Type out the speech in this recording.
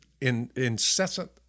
incessant